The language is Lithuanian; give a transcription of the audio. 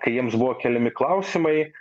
kai jiems buvo keliami klausimai